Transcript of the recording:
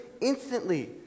instantly